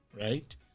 Right